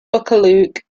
buccleuch